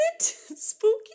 spooky